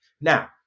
now